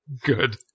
Good